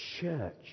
church